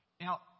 Now